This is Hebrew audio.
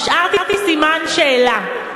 השארתי סימן שאלה.